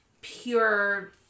pure